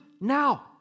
now